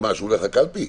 כשהוא הולך לקלפי.